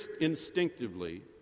instinctively